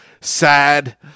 sad